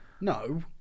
No